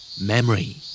Memory